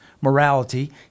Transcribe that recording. morality